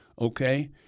okay